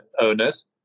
owners